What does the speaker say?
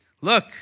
Look